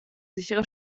sichere